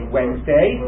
Wednesday